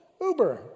Uber